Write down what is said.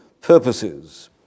purposes